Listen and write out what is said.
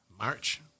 March